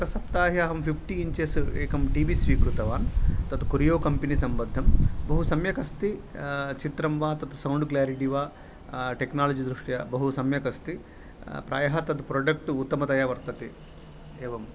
गतसप्ताहे अहं fifty inches एकं टी वी स्वीकृतवान् तत् कूर्यो कम्पनी सम्बद्धं बहुसम्यक् अस्ति चित्रं वा तत् सौण्ड् क्लेरिटी वा टेक्नालजि दृष्ट्या बहुसम्यक् अस्ति प्रायः तत् प्रोडक्ट् तु उत्तमतया वर्तते एवम्